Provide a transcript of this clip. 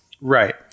Right